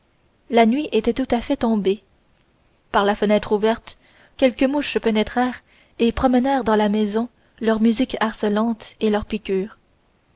la nuit était tout à fait tombée par la fenêtre ouverte quelques mouches pénétrèrent et promenèrent dans la maison leur musique harcelante et leurs piqûres